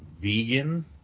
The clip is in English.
vegan